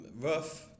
Rough